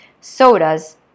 sodas